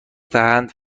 دهند